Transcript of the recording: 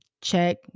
check